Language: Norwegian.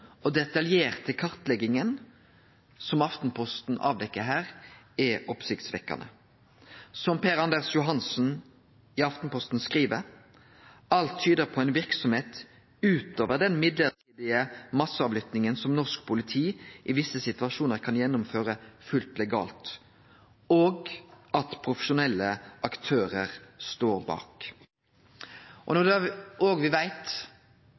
og detaljerte kartlegginga som Aftenposten avdekkjer her, er oppsiktsvekkjande. Som Per Anders Madsen i Aftenposten skriv: «Alt tyder på en virksomhet utover den midlertidige masseavlyttingen som norsk politi i visse situasjoner kan gjennomføre fullt legalt. Og at profesjonelle aktører står